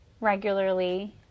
regularly